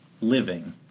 living